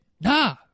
Nah